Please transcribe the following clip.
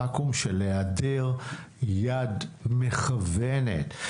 ואקום של היעדר יד מכוונת,